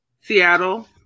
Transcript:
Seattle